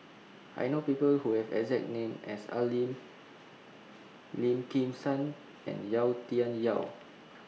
I know People Who Have exact name as Al Lim Lim Kim San and Yau Tian Yau